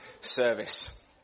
service